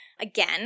again